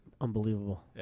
unbelievable